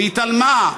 והתעלמה,